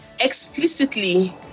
explicitly